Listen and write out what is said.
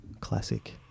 classic